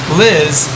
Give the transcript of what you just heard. liz